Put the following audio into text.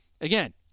again